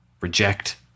reject